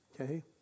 Okay